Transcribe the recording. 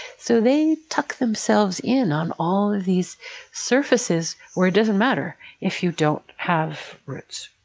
so they tuck themselves in on all of these surfaces where it doesn't matter if you don't have roots.